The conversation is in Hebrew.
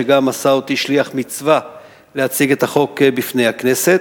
שגם עשה אותי שליח מצווה להציג את החוק בפני הכנסת,